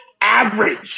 average